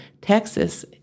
Texas